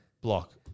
block